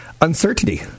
uncertainty